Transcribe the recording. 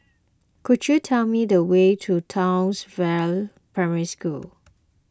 could you tell me the way to Townsville Primary School